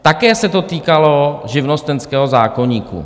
Také se to týkalo živnostenského zákoníku.